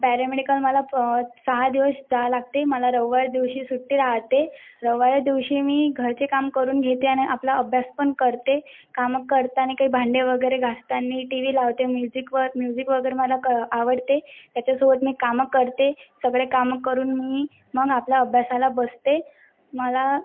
paramedical मला प सहा दिवस जावे लागते मला रविवारी दिवशी सुट्टी राहते रविवार दिवशी मी घरचे काम करून घेते आणि आपला अभ्यास पण करते कामं करताना काही भांडे वगैरे घासताना टी व्ही लावते म्युझिकवर म्युझिक वगैरे मला क आवडते त्याच्यासोबत मी कामं करते सगळे कामं करून मी मग आपल्या अभ्यासाला बसते मला